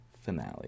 finale